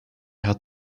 had